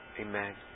Amen